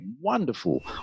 wonderful